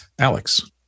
Alex